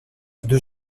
deux